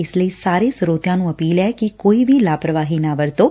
ਇਸ ਲਈ ਸਾਰੇ ਸਰੋਤਿਆਂ ਨੂੰ ਅਪੀਲ ਐ ਕਿ ਕੋਈ ਵੀ ਲਾਪਰਵਾਹੀ ਨਾ ਵਰਤੋਂ